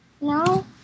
No